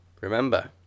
remember